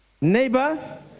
neighbor